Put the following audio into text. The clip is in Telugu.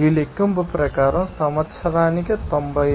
ఈ లెక్కింపు ప్రకారం సంవత్సరానికి 96